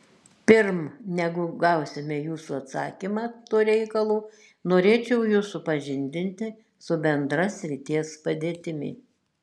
pirm negu gausime jūsų atsakymą tuo reikalu norėčiau jus supažindinti su bendra srities padėtimi